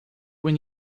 when